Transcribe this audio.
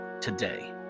today